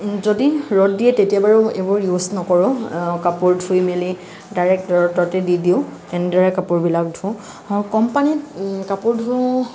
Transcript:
যদি ৰ'দ দিয়ে তেতিয়া বাৰু এইবোৰ ইউজ নকৰো কাপোৰ ধুই মেলি ডাইৰেক্ট ৰ'দতে দি দিওঁ এনেদৰে কাপোৰ বিলাক ধো আৰু কম পানীত কাপোৰ ধো